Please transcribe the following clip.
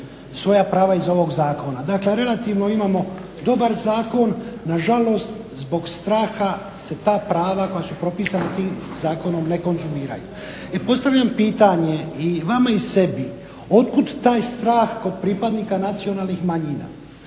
svoja prava iz ovog zakona. Dakle, relativno imamo dobar zakon, nažalost zbog straha se ta prava koja su propisana tim zakonom ne konzumiraju. I postavljam pitanje i vama i sebi otkud taj strah kod pripadnika nacionalnih manjina.